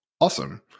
Awesome